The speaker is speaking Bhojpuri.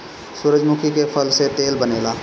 सूरजमुखी के फूल से तेल बनेला